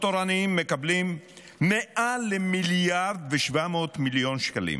תלמיד במגזרים הדתיים מקבל כ-10,000 שקל יותר מתלמיד בחינוך הממלכתי.